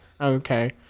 Okay